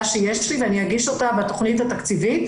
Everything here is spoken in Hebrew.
שיש לי ואני אגיש אותה בתכנית התקציבית,